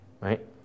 right